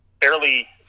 fairly